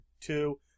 two